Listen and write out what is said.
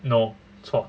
no 错